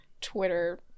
Twitter